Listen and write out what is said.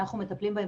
אנחנו מטפלים בהם,